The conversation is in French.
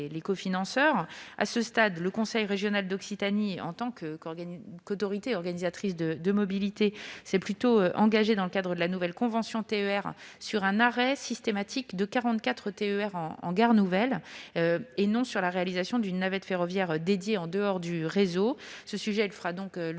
opération. À ce stade, le conseil régional d'Occitanie, en tant qu'autorité organisatrice de la mobilité, s'est plutôt engagé dans le cadre de la nouvelle convention TER en faveur de l'arrêt systématique de 44 TER en gare nouvelle, plutôt que de la réalisation d'une navette ferroviaire dédiée en dehors du réseau. Ce sujet recevra en